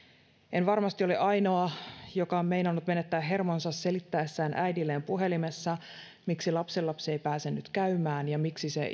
en varmasti ole ainoa joka on meinannut menettää hermonsa selittäessään äidilleen puhelimessa miksi lapsenlapsi ei pääse nyt käymään ja miksi se